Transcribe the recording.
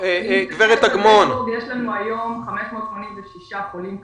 גברת אגמון --- יש לנו היום 586 חולים קשה,